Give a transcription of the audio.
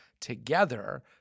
together